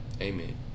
Amen